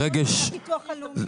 צריך להיות גוף חיצוני.